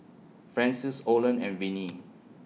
Francis Olen and Vinnie